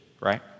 right